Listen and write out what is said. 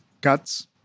cuts